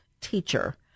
teacher